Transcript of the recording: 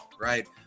right